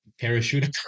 parachute